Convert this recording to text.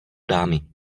dámy